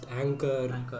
Anchor